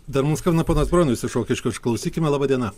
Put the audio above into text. dar mum skambina ponas bronius iš rokiškio išklausykime laba diena